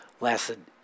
lasted